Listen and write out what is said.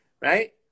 right